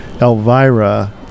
Elvira